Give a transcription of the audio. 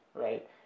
right